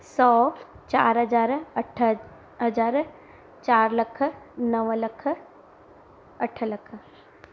सौ चारि हज़ार अठ हज़ार चारि लख नव लख अठ लख